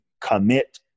Commit